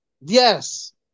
Yes